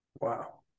Wow